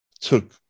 took